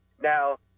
Now